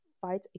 fight